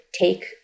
take